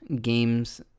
games